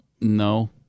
No